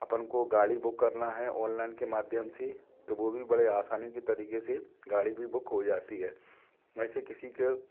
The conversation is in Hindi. अपन को गाड़ी बुक करना है ऑनलाइन के माध्यम से तो वह भी बड़े आसानी की तरीके से गाड़ी भी बुक हो जाती है ऐसे किसी का